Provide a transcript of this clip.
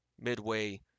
midway